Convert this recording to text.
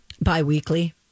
Bi-weekly